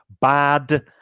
bad